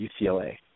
UCLA